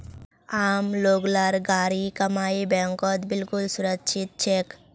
आम लोग लार गाढ़ी कमाई बैंकत बिल्कुल सुरक्षित छेक